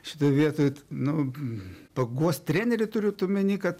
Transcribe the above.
šitoj vietoj nu paguost trenerį turit omeny kad